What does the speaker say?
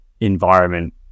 environment